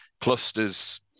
clusters